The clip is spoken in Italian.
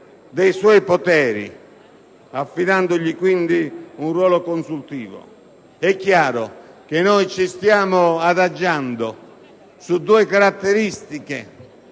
dei suoi poteri ed affidandole quindi un ruolo solo consultivo. È chiaro che ci stiamo adagiando su due caratteristiche